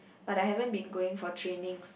but I haven't been going for trainings